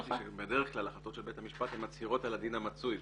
אמרתי שבדרך כלל ההחלטות של בית המשפט מצהירות על הדין המצוי,